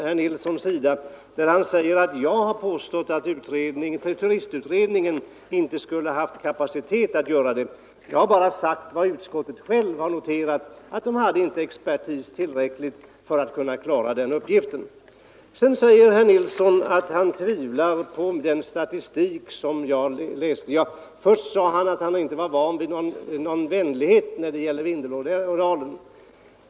Herr Nilsson i Tvärålund sade att jag hade påstått att turistutredningen inte hade haft kapacitet att utreda frågan. Jag har bara återgivit vad utredningen själv har noterat, att den inte hade tillräcklig expertis till förfogande för att klara den uppgiften. Sedan säger herr Nilsson i Tvärålund att han inte var van vid någon vänlighet när det gällde Vindelådalen.